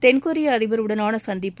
தென்கொரிய அதிபர் உடனாள சந்திப்பு